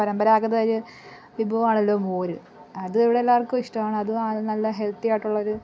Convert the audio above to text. പരമ്പരാഗത യ് വിഭവമാണല്ലോ മോര് അത് ഇവിടെ എല്ലാവർക്കും ഇഷ്ടമാണ് അതും അതിന് നല്ല ഹെൽത്തി ആയിട്ടുള്ള ഒരു